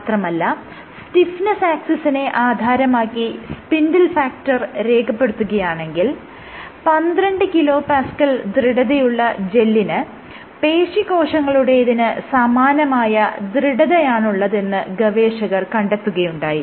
മാത്രമല്ല സ്റ്റിഫ്നെസ്സ് ആക്സിസിനെ ആധാരമാക്കി സ്പിൻഡിൽ ഫാക്ടർ രേഖപ്പെടുത്തുകയാണെങ്കിൽ 12 kPa ദൃഢതയുള്ള ജെല്ലിന് പേശി കോശങ്ങളുടേതിന് സമാനമായ ദൃഢതയാണുള്ളതെന്ന് ഗവേഷകർ കണ്ടെത്തുകയുണ്ടായി